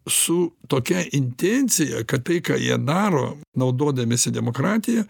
su tokia intencija kad tai ką jie daro naudodamiesi demokratija